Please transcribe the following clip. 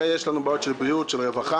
הרי יש לנו בעיות של בריאות, של רווחה.